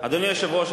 אדוני היושב-ראש,